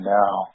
now